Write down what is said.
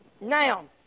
Now